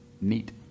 Neat